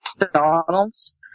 McDonald's